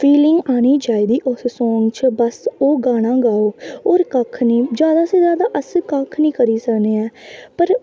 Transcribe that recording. feeling औनी चाहिदी song च बस ओह् गाना गाओ होर कक्ख निं जैदा अस कक्ख निं करी सकने आं